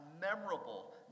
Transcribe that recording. memorable